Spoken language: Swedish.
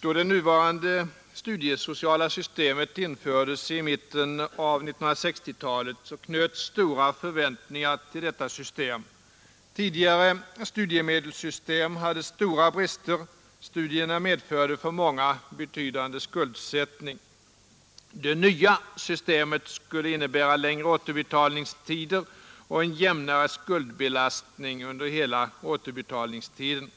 Då det nuvarande studiesociala systemet infördes i mitten av 1960-talet knöts stora förväntningar till detta system. Tidigare studiemedelssystem hade stora brister. Studierna medförde för många en betydande skuldsättning. Det nya systemet skulle innebära längre återbetalningstider och en jämnare skuldbelastning under hela återbetalningstiden.